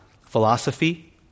philosophy